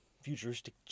futuristic